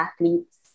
athletes